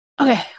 Okay